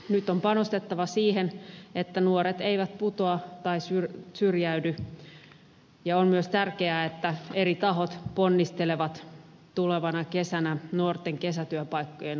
nyt on panostettava siihen että nuoret eivät putoa tai syrjäydy ja on myös tärkeää että eri tahot ponnistelevat tulevana kesänä nuorten kesätyöpaikkojen osalta